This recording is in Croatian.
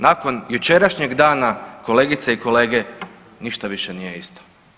Nakon jučerašnjeg dana kolegice i kolege, ništa više nije isto.